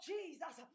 Jesus